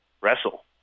wrestle